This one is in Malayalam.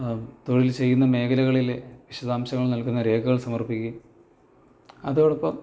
തൊഴിൽ ചെയ്യുന്ന മേഖലകളിലെ വിശദാംശങ്ങൾ നൽകുന്ന രേഖകൾ സമർപ്പിക്കുകയും അതോടൊപ്പം